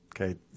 Okay